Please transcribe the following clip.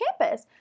campus